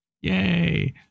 Yay